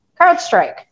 CrowdStrike